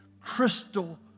crystal